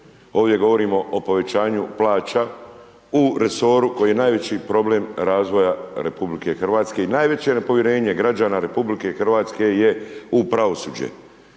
Ovdje govorimo o povećanju plaća u resoru koji je najveći problem razvoja RH i najveće nepovjerenje građana RH je u pravosuđe.